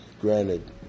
Granted